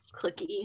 Clicky